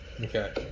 okay